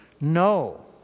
No